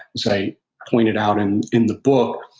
as i pointed out and in the book.